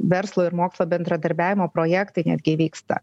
verslo ir mokslo bendradarbiavimo projektai netgi vyksta